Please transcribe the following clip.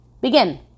Begin